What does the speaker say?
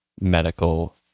medical